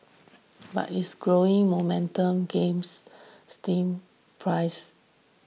but its growing momentum games stem price